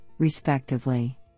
respectively